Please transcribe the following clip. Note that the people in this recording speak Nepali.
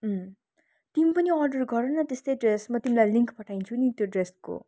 अँ तिमी पनि अर्डर गर न त्यस्तै ड्रेस म तिमीलाई लिङ्क पठाइदिन्छु नि त्यो ड्रेसको